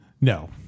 No